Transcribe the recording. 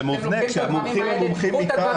שתדעו את הדברים האלה,